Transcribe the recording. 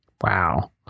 Wow